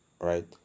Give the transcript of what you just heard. right